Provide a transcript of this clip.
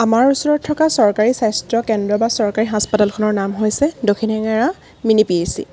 আমাৰ ওচৰত থকা চৰকাৰী স্বাস্থ্য কেন্দ্ৰ বা চৰকাৰী হাস্পটালখনৰ নাম হৈছে Dakshin Hengera mini P H C